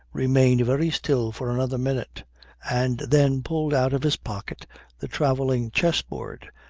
remained very still for another minute and then pulled out of his pocket the travelling chessboard,